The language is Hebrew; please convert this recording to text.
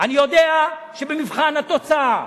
אני יודע שבמבחן התוצאה,